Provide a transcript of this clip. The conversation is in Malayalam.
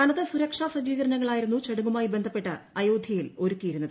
കനത്ത സുരക്ഷാ സജ്ജീകരണങ്ങൾ ആയിരുന്നു ചടങ്ങുമായി ബന്ധപ്പെട്ട് അയോധ്യയിൽ ഒരുക്കിയിരുന്നത്